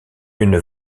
une